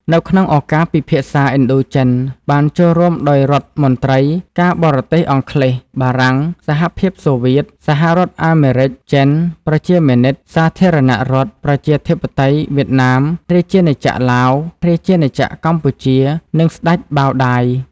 នៅក្នុងឱកាសពិភាក្សាឥណ្ឌូចិនបានចូលរួមដោយរដ្ឋមន្ត្រី ការបរទេសអង់គ្លេស បារាំង សហភាពសូវៀត សហរដ្ឋអាមេរិចចិនប្រជាមានិត សាធារណរដ្ឋ ប្រជាធិបតេយ្យវៀតណាម រាជាណាចក្រឡាវ រាជាណាចក្រកម្ពុជា និងស្ដេចបាវដាយ។